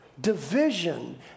division